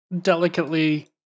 delicately